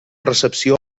recepció